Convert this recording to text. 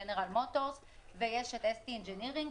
ג'נרל מוטורס ויש את S.D ENGINERING,